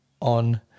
on